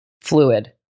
fluid